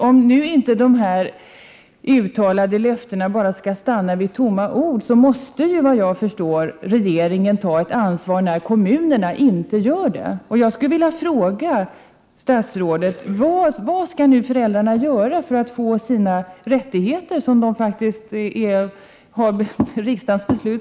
Om inte löftena skall bli bara tomma ord, måste, såvitt jag förstår, regeringen ta ett ansvar, eftersom inte kommunerna gör det.